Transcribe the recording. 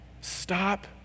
Stop